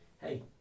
hey